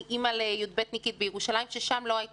ואני בעצמי אימא לתלמידת י"ב בירושלים והתחושה